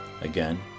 Again